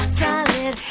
solid